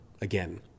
again